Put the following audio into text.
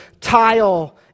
tile